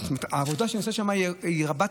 העבודה שנעשית שם היא רבת-היקף,